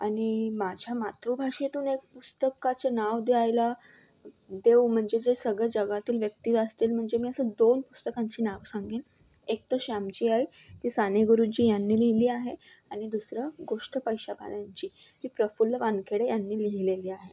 आणि माझ्या मातृभाषेतून एक पुस्तकाचं नाव द्यायला देव म्हणजे जे सगळे जगातील व्यक्ती असतील म्हणजे मी असं दोन पुस्तकांची नावं सांगेन एक तर शामची आई ती साने गुरुजी यांनी लिहिली आहे आणि दुसरं गोष्ट पैशापाण्यांची ही प्रफुल्ल वानखेडे यांनी लिहिलेली आहे